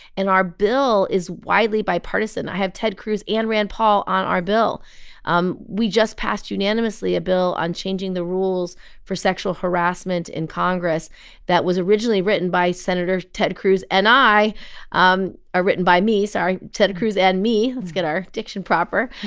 and our bill is widely bipartisan. i have ted cruz and rand paul on our bill um we just passed unanimously a bill on changing the rules for sexual harassment in congress that was originally written by senators ted cruz and i um or written by me, sorry ted cruz and me. let's get our diction proper.